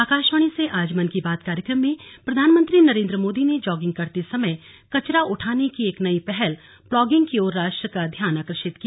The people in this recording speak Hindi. आकाशवाणी से आज मन की बात कार्यक्रम में प्रधानमंत्री नरेन्द्र मोदी ने जॉगिंग करते समय कचरा उठाने की एक नई पहल प्लॉगिंग की ओर राष्ट्र का ध्यान आकर्षित किया